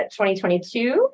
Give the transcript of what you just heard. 2022